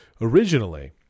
Originally